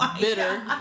Bitter